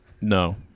No